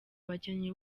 abakinnyi